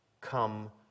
come